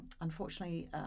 Unfortunately